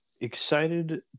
Excited